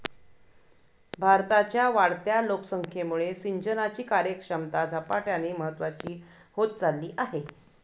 भारताच्या वाढत्या लोकसंख्येमुळे सिंचनाची कार्यक्षमता झपाट्याने महत्वाची होत चालली आहे